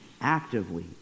actively